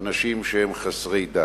אנשים שהם חסרי דת.